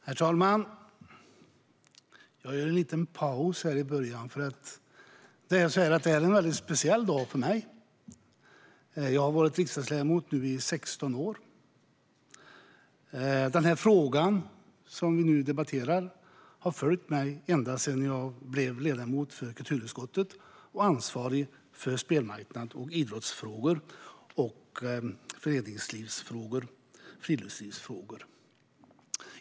Herr talman! Jag gjorde en liten paus här i början, för det här är en speciell dag för mig. Jag har varit riksdagsledamot i 16 år, och frågan som vi nu debatterar har följt mig ända sedan jag blev ledamot i kulturutskottet och ansvarig för frågor om spelmarknaden, idrott, föreningsliv och friluftsliv.